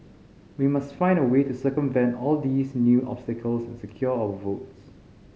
we must find a way to circumvent all these new obstacles and secure our votes